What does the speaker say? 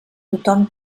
tothom